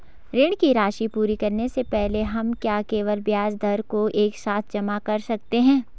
ऋण की राशि पूरी करने से पहले हम क्या केवल ब्याज दर को एक साथ जमा कर सकते हैं?